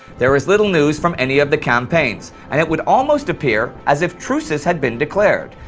there is little news from any of the campaigns, and it would almost appear as if truces had been declared.